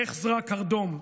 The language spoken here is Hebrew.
לך זרוע עם קרדום,